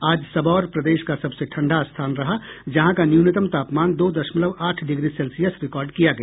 आज सबौर प्रदेश का सबसे ठंडा स्थान रहा जहां का न्यूनतम तापमान दो दशमलव आठ डिग्री सेल्सियस रिकॉर्ड किया गया